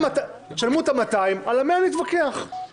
תשלמו את ה-200 ונתווכח על ה-100.